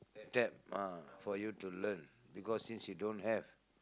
tab ah for you to learn because since you don't have